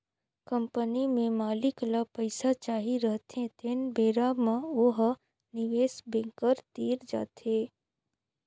company में मालिक ल पइसा चाही रहथें तेन बेरा म ओ ह निवेस बेंकर तीर जाथे